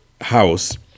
house